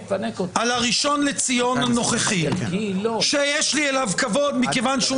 על הראשון לציון הנוכחי שיש לי אליו כבוד מכיוון שהוא